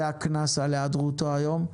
זה הקנס על היעדרותו היום.